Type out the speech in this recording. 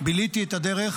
ביליתי את הדרך